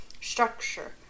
Structure